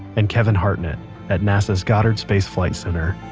and kevin hartnett at nasa's goddard space flight center